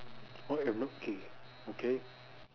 I am not gay okay